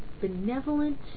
benevolent